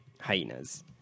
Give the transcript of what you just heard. hyenas